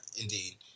indeed